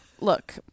Look